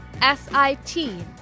S-I-T